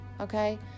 okay